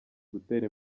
gutera